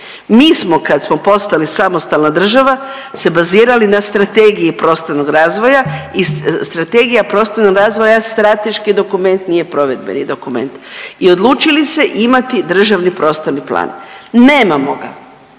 Mi smo kad smo postali samostalna država se bazirali na Strategiji prostornog razvoja i Strategija prostornog razvoja je strateški dokument, nije provedbeni dokument i odlučili se imati državni prostorni plan, nemamo ga